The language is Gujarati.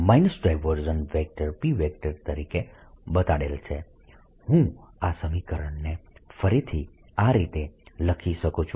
P તરીકે બતાડેલ છે હું આ સમીકરણને ફરીથી આ રીતે લખી શકું છું